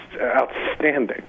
outstanding